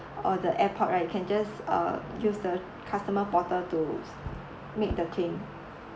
the airport right can just uh use the customer portal to make the claim